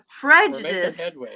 prejudice